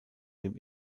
dem